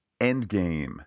Endgame